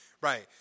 Right